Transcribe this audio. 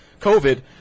COVID